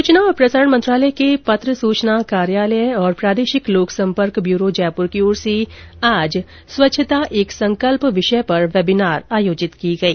सूचना और प्रसारण मंत्रालय के पत्र सूचना कार्यालय और प्रादेशिक लोक सम्पर्क ब्यूरो जयपुर की ओर से आज स्वच्छता एक संकल्प विषय पर वेबिनार आयोजित की गई